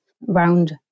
round